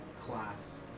class